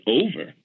over